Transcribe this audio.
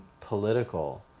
political